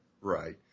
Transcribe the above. Right